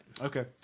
okay